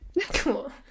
Cool